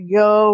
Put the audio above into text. go